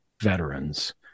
veterans